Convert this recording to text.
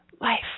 Life